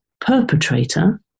perpetrator